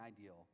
ideal